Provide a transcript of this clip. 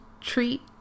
treat